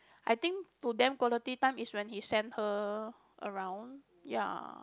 I think to them quality time is when he send her around ya